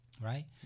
Right